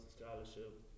scholarship